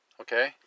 okay